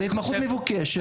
וזו התמחות מבוקשת,